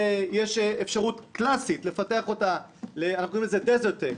יש אפשרות קלאסית לפתח אותה למה שאנחנו קוראים desert tech,